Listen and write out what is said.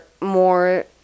more